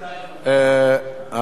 התשע"ב 2012,